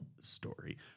story